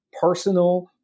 personal